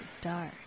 Dark